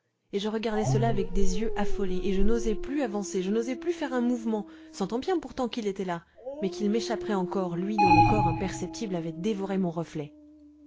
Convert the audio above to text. et je regardais cela avec des yeux affolés et je n'osais plus avancer je n'osais plus faire un mouvement sentant bien pourtant qu'il était là mais qu'il m'échapperait encore lui dont le corps imperceptible avait dévoré mon reflet